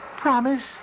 Promise